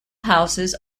houses